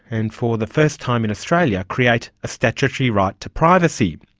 and for the first time in australia create a statutory right to privacy.